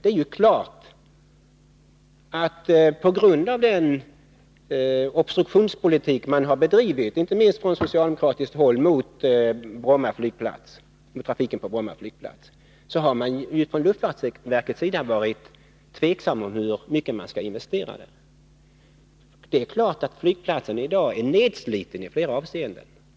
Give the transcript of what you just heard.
Det är klart att på grund av den obstruktionspolitik som man bedrivit, inte minst från socialdemokratiskt håll, mot trafiken på Bromma, har man från luftfartsverkets sida varit tveksam om hur mycket man skall investera där. Det är klart att flygplatsen i dag är nedsliten i flera avseenden.